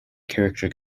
character